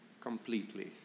completely